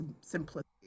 simplicity